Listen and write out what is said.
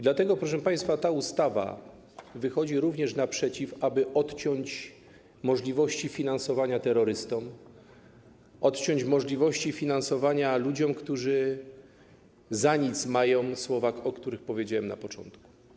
Dlatego, proszę państwa, ta ustawa wychodzi również naprzeciw temu, aby odciąć możliwości finansowania terrorystów, odciąć możliwości finansowania ludzi, którzy za nic mają słowa, o których powiedziałem na początku.